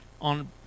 on